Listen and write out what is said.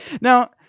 Now